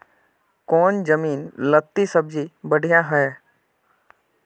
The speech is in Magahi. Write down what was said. कौन जमीन लत्ती सब्जी बढ़िया हों?